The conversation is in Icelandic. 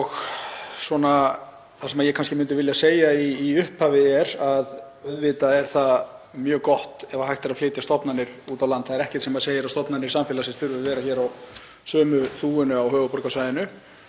mál. Það sem ég myndi vilja segja í upphafi er að auðvitað er mjög gott ef hægt er að flytja stofnanir út á land. Það er ekkert sem segir að stofnanir samfélagsins þurfi að vera á sömu þúfunni á höfuðborgarsvæðinu.